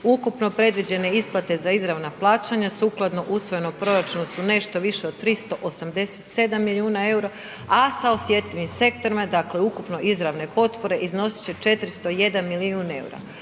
Ukupno predviđene isplate za izravna plaćanja, sukladno usvojenom proračunu su nešto više od 387 milijuna eura, a sa osjetljivim sektorima, dakle ukupno izravne potpore iznosit će 401 milijun eura.